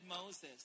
Moses